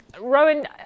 Rowan